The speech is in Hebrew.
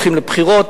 הולכים לבחירות,